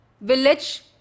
village